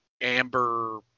amber